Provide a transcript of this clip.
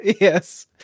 Yes